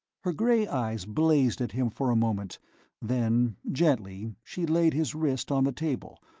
her gray eyes blazed at him for a moment then, gently, she laid his wrist on the table,